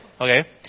Okay